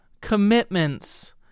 commitments